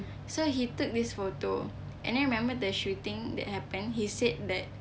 so he took this photo and then remember the shooting that happened he said that